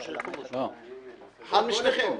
אחד משניכם,